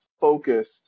focused